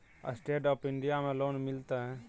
Stand up India में loan मिलते?